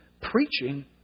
preaching